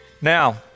Now